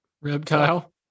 Reptile